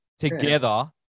together